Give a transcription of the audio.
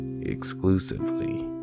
exclusively